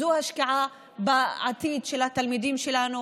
זו השקעה בעתיד של התלמידים שלנו,